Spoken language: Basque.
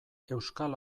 euskal